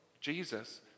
Jesus